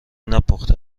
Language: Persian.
نپخته